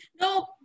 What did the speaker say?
no